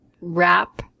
wrap